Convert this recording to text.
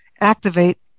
activate